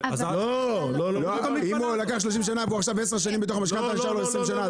אם הוא לקח 30 שנה והוא עכשיו 10 שנים בתוך המשכנתה נשאר לו 20 שנה.